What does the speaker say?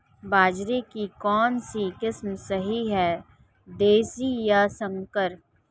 बाजरे की कौनसी किस्म सही हैं देशी या संकर?